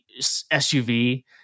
SUV